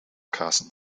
carson